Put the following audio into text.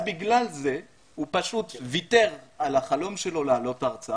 לכן הוא פשוט ויתר על החלום שלו לעלות לישראל.